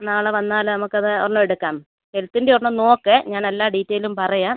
നാളെ വന്നാൽ നമുക്കത് ഒരെണ്ണം എടുക്കാം ഹെൽത്തിൻ്റെ ഒരെണ്ണം നോക്ക് ഞാൻ എല്ലാ ഡീറ്റെയിലും പറയാം